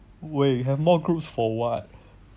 wait have more groups for what